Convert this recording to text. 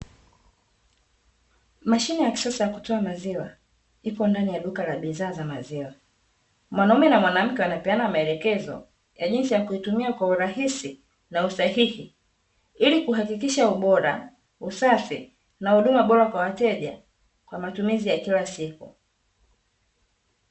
Mashine ya kisasa ya kutoa maziwa iko ndani ya duka la bidhaa za maziwa. Mwanaume na mwanamke wanapeana maelekezo ya jinsi ya kuitumia kwa urahisi na usahihi ili kuhakikisha ubora, usafi na huduma bora kwa wateja kwa matumizi ya kila siku.